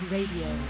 Radio